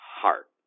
heart